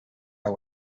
but